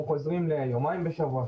אנחנו חוזרים ליומיים בשבוע,